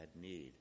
need